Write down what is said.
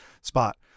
spot